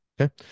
okay